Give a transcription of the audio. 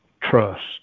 trust